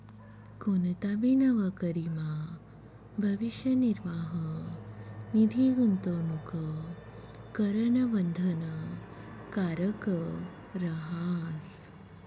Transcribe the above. कोणताबी नवकरीमा भविष्य निर्वाह निधी गूंतवणूक करणं बंधनकारक रहास